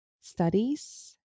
Studies